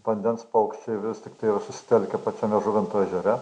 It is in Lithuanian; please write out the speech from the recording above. vandens paukščiai vis tiktai yra susitelkę pačiame žuvinto ežere